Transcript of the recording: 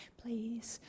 please